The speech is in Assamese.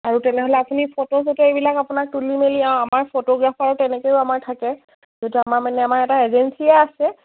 আৰু তেনেহ'লে আপুনি ফটো চটোৰ এইবিলাক আপোনাক তুলি মেলি আৰু আমাৰ ফটোগ্ৰাফাৰো তেনেকুৱা আমাৰ থাকে যিহেতু আমাৰ মানে আমাৰ এটা এজেঞ্চিয়ে আছে